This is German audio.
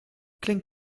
klingt